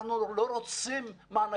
אנחנו לא רוצים מענקים,